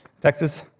Texas